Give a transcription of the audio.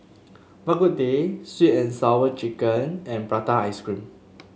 Bak Kut Teh sweet and Sour Chicken and Prata Ice Cream